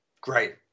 Great